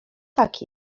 tak